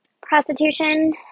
prostitution